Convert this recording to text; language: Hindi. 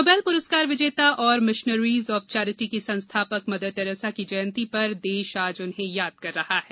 नोबेल प्रस्कार विजेता और मिशनरीज ऑफ चौरिटी की संस्थापक मदर टेरेसा की जयंती पर देश आज उन्हे याद कर रहा है